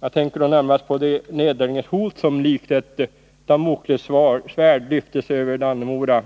Jag tänker då närmast på det nedläggningshot som likt ett Damoklessvärd lyftes över Dannemora,